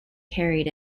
carried